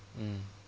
mm